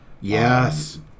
Yes